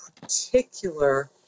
particular